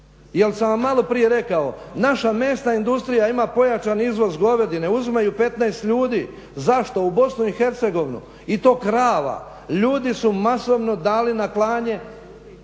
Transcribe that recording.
jer sam vam malo prije rekao. Naša mesna industrija ima pojačan izvoz govedine, uzimaju 15 ljudi. Zašto u Bosnu i Hercegovinu i to krava? Ljudi su masovno dali na klanje